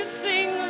sing